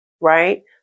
right